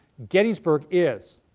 gettysburg is,